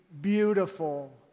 beautiful